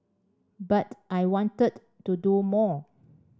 but I wanted to do more